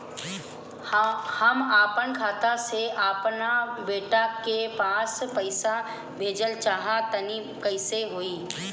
हम आपन खाता से आपन बेटा के पास पईसा भेजल चाह तानि कइसे होई?